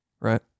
right